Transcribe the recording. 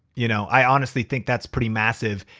you know i honestly think that's pretty massive.